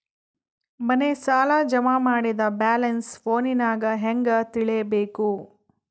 ಮನೆ ಸಾಲ ಜಮಾ ಮಾಡಿದ ಬ್ಯಾಲೆನ್ಸ್ ಫೋನಿನಾಗ ಹೆಂಗ ತಿಳೇಬೇಕು?